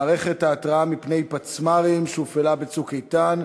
מערכת ההתרעה מפני פצמ"רים שהופעלה ב"צוק איתן"